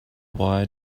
why